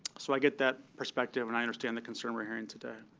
so i get that perspective and i understand the concern we're hearing today.